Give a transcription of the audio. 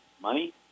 money